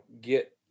get